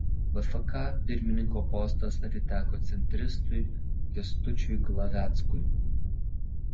bfk pirmininko postas atiteko centristui kęstučiui glaveckui